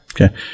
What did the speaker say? Okay